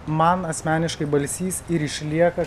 man asmeniškai balsys ir išlieka